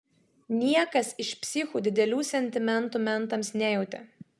niekas iš psichų didelių sentimentų mentams nejautė